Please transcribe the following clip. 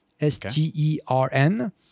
S-T-E-R-N